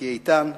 מיקי איתן,